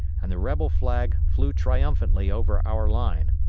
and the rebel flag flew triumphantly over our line.